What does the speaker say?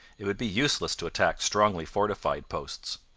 it would be useless to attack strongly fortified posts.